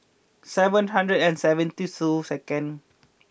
seven hundred and seventy two second